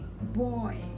Boy